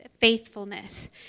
faithfulness